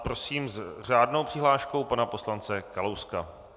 Prosím s řádnou přihláškou pana poslance Kalouska.